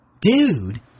Dude